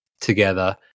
together